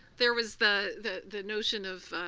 there was the the the notion of